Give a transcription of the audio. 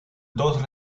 dos